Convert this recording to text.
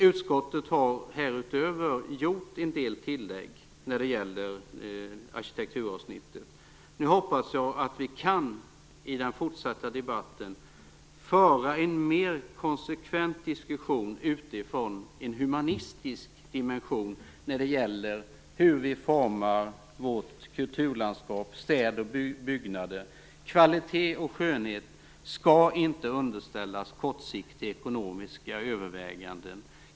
Utskottet har härutöver gjort en del tillägg när det gäller arkitekturavsnittet. Nu hoppas jag att vi i den fortsatta debatten kan föra en mer konsekvent diskussion utifrån en humanistisk dimension när det gäller frågan om hur vi formar vårt kulturlandskap, städer och byggnader. Kvalitet och skönhet skall inte underställas kortsiktiga ekonomiska överväganden.